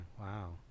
Wow